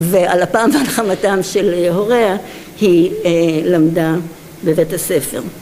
ועל אפם ועל חמתם של הוריה היא למדה בבית הספר.